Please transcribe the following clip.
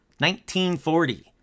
1940